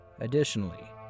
Additionally